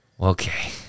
Okay